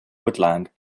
woodland